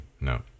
No